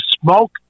Smoke